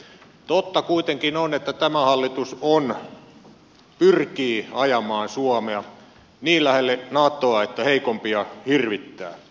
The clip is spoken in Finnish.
totta kuitenkin on että tämä hallitus pyrkii ajamaan suomea niin lähelle natoa että heikompia hirvittää